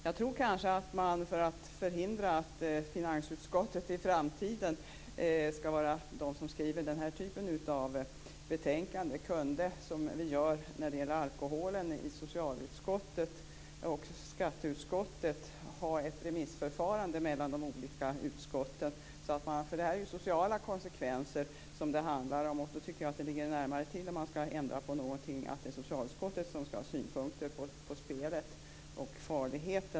Jag tror att man för att förhindra att finansutskottet i framtiden skall skriva denna typ av betänkanden, precis som vi gör i social och skatteutskotten i fråga om alkohol, kan ha ett remissförfarande mellan de olika utskotten. Det handlar om sociala konsekvenser. Det ligger närmare till vid en ändring att socialutskottet får ha synpunkter på farligheten i spelet.